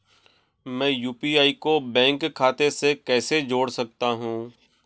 मैं यू.पी.आई को बैंक खाते से कैसे जोड़ सकता हूँ?